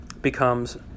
becomes